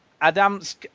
Adams